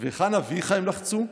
'והיכן אביך?' הם לחצו.